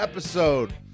Episode